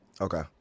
Okay